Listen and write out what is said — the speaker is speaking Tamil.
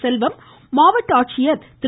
செல்வம் மாவட்ட ஆட்சியர் திரு